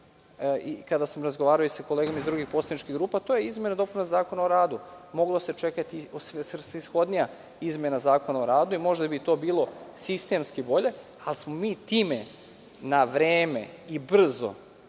kada sam razgovarao i sa kolegama iz drugih poslaničkih grupa, to je izmena i dopuna Zakona o radu. Mogla se čekati i svrsishodnija izmena Zakona o radu i možda bi to bilo sistemski bolje, ali smo mi time na vreme i brzo